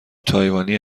تایوانی